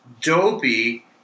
Dopey